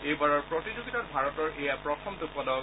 এইবাৰৰ প্ৰতিযোগিতাত ভাৰতৰ এয়া প্ৰথমটো পদক